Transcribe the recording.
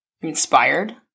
inspired